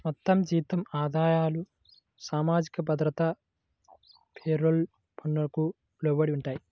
మొత్తం జీతం ఆదాయాలు సామాజిక భద్రత పేరోల్ పన్నుకు లోబడి ఉంటాయి